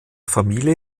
familie